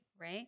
Right